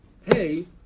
hey